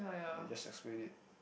just explain it